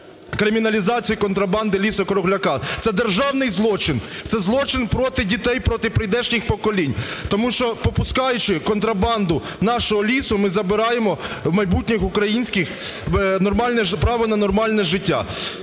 криміналізацію контрабанди лісу-кругляка, це державний злочин, це злочин проти дітей, проти прийдешніх поколінь. Тому що, пропускаючи контрабанду нашого лісу, ми забираємо в майбутніх українських нормальне... право на нормальне життя.